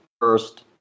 first